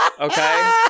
Okay